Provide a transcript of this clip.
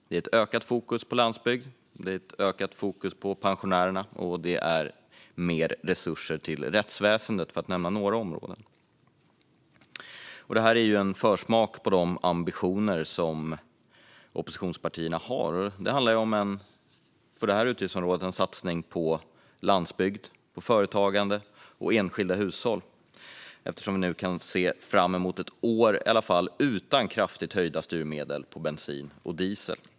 Det är ökat fokus på landsbygden och på pensionärerna och mer resurser till rättsväsendet, för att nämna några områden. Det är en försmak av de ambitioner som oppositionspartierna har. På det här utgiftsområdet handlar det om en satsning på landsbygd, företagande och enskilda hushåll eftersom vi nu kan se fram emot åtminstone ett år utan kraftigt höjda styrmedel på bensin och diesel.